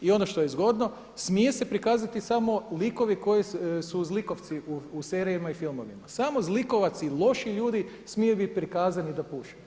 I ono što je zgodno, smije se prikazati samo likovi koji su zlikovci u serijama i filmovima, samo zlikovac i loši ljudi smiju biti prikazani da puše.